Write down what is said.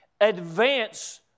advance